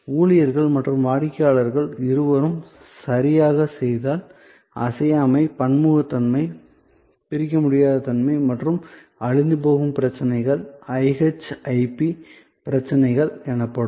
ஊழியர்கள் மற்றும் வாடிக்கையாளர்கள் இருவருக்கும் சரியாகச் செய்தால் அசையாமை பன்முகத்தன்மை பிரிக்க முடியாத தன்மை மற்றும் அழிந்துபோகும் பிரச்சனைகள் IHIP பிரச்சனைகள் எனப்படும்